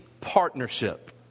partnership